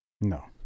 No